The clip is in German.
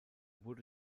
wurde